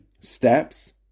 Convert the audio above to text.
steps